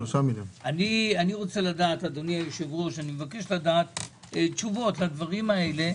אני מבקש לדעת תשובות על הדברים האלה.